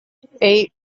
eight